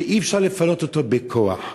שאי-אפשר לפנות אותו בכוח.